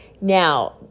Now